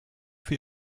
für